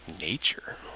Nature